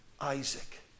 Isaac